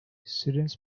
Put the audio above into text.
students